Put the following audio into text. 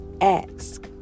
Ask